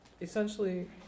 essentially